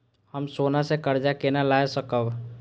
हम सोना से कर्जा केना लाय सकब?